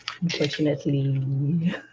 unfortunately